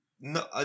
no